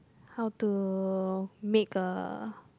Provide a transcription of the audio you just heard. how to make a